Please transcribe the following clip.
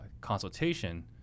consultation